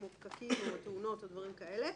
כמו פקקים או תאונות או דברים כאלה,